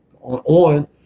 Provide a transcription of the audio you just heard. on